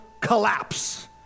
collapse